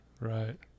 Right